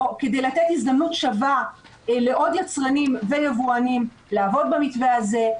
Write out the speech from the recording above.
כדי לתת הזדמנות שווה לעוד יצרנים ויבואנים לעבוד במתווה הזה.